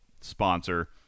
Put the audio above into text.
sponsor